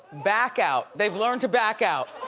back out. they've learned to back out.